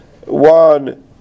one